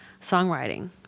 songwriting